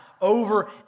over